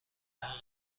نوع